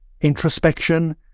introspection